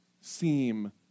seem